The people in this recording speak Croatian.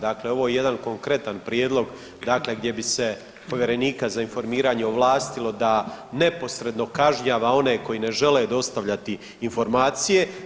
Dakle, ovo je jedan konkretan prijedlog dakle gdje bi se povjerenika za informiranje ovlastilo da neposredno kažnjava one koji ne žele dostavljati informacije.